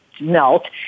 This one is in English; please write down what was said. melt